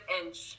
inch